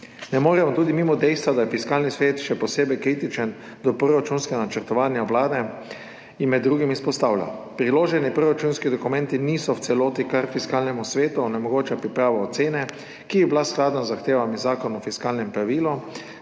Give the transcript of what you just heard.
Ne moremo tudi mimo dejstva, da je Fiskalni svet še posebej kritičen do proračunskega načrtovanja Vlade in med drugim izpostavlja, da niso v celoti priloženi proračunski dokumenti, kar Fiskalnemu svetu onemogoča pripravo ocene, ki bi bila skladna z zahtevami Zakona o fiskalnem pravilu.